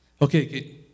Okay